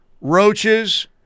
Roaches